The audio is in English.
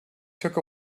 took